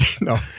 no